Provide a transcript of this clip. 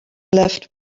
left